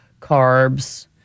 carbs